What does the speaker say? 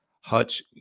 Hutch